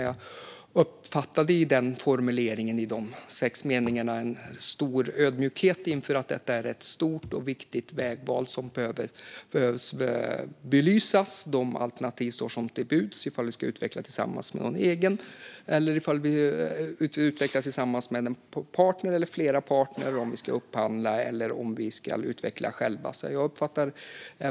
Jag uppfattade i formuleringen, i de sex meningarna, en stor ödmjukhet inför att det här är ett stort och viktigt vägval där man behöver belysa de alternativ som står till buds, det vill säga om vi tillsammans ska utveckla något eget, om vi ska utveckla det tillsammans med en eller flera partner, om vi ska göra en upphandling eller om vi ska utveckla det själva.